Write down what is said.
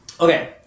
Okay